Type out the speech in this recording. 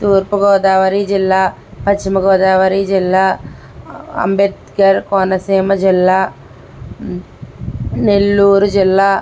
తూర్పుగోదావరి జిల్లా పశ్చిమగోదావరి జిల్లా అంబేద్కర్ కోనసీమ జిల్లా నెల్లూరు జిల్లా